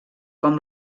com